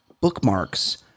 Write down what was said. bookmarks